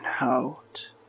out